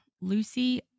Lucy